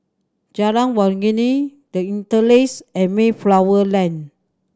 Jalan Waringin The Interlace and Mayflower Lane